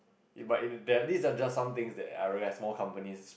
it but it that are some things that I realise small companies